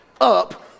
up